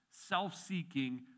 self-seeking